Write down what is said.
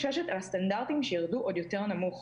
שהסטנדרטים ירדו עוד יותר נמוך.